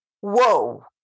Whoa